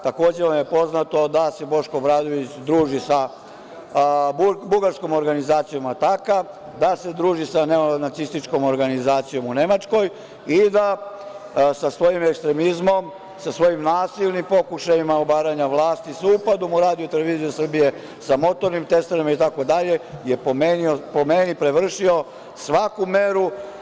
Takođe vam je poznato da se Boško Obradović druži sa bugarskom organizacijom „Ataka“, da se druži sa neonacističkom organizacijom u Nemačkoj i da sa svojim ekstremizmom, sa svojim nasilnim pokušajima obaranje vlasti SUP-a, da mu RTS sa motornim testerama itd, je po meni prevršio svaku meru.